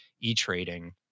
e-trading